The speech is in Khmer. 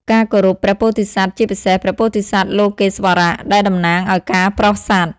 ការគោរព ព្រះពោធិសត្វ ជាពិសេស ព្រះពោធិសត្វលោកេស្វរៈ ដែលតំណាងឱ្យការប្រោសសត្វ។